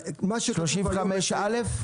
35(א)?